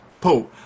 Paul